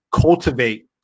cultivate